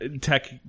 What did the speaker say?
tech